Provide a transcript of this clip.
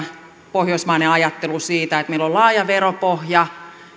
pohjoismainen ajattelu siitä että meillä on laaja veropohja